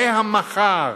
זה המחר,